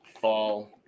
Fall